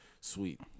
Sweet